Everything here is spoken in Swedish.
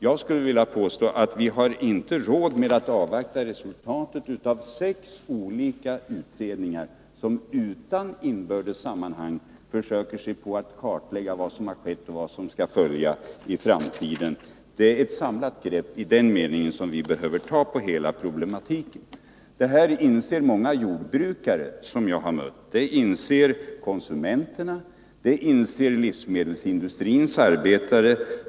Jag skulle vilja påstå att vi inte har råd med att avvakta resultatet av sex olika utredningar som utan inbördes sammanhang försöker sig på att kartlägga vad som har skett och vad som skall följa i framtiden. Det är ett samlat grepp i den meningen som vi behöver ta på hela problematiken. Det här inser många jordbrukare som jag har mött, det inser konsumenterna och det inser livsmedelsindustrins arbetare.